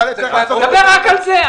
נדבר רק על זה.